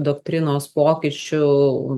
doktrinos pokyčių